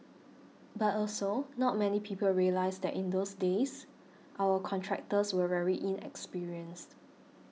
but also not many people realise that in those days our contractors were very inexperienced